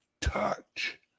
touch